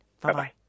Bye-bye